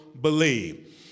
believe